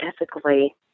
ethically